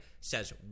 says